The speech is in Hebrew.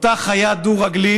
אותה חיה דו-רגלית,